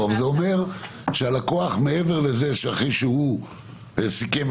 זה סוג של מילת קסם שמה שעומד מאחוריה זו פשוט פוליסה חדשה,